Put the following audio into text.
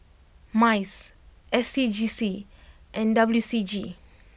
Mice S C G C and W C G